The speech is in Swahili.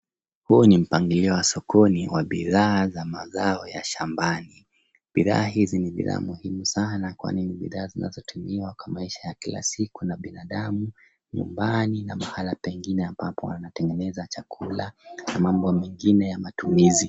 Huu ni mpangilio wa sokoni wa bidhaa za mazao ya shambani. Bidhaa hizi ni bidhaa muhimu sana, kwani ni bidhaa zinazotumiwa kwa maisha ya kila siku na binadamu, nyumbani na mahali pengine ambapo wanatengeneza chakula na mambo mengine ya matumizi.